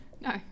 no